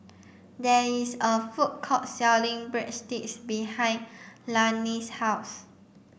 there is a food court selling Breadsticks behind Lanie's house